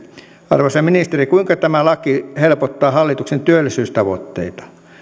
arvoisa ministeri kuinka tämä laki helpottaa hallituksen työllisyystavoitteita